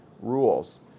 rules